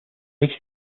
least